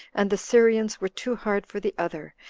and the syrians were too hard for the other,